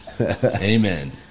Amen